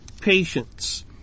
patience